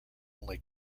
only